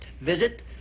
visit